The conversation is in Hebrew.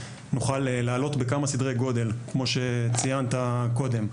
שנוכל לעלות בכמה סדרי גודל כמו שציינת קודם.